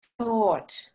thought